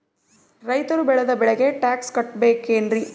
ರೈತರು ಬೆಳೆದ ಬೆಳೆಗೆ ಟ್ಯಾಕ್ಸ್ ಕಟ್ಟಬೇಕೆನ್ರಿ?